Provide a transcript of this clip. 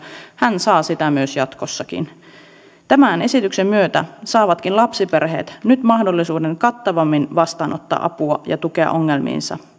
hän saa sitä myös jatkossa tämän esityksen myötä saavatkin lapsiperheet nyt mahdollisuuden kattavammin vastaanottaa apua ja tukea ongelmiinsa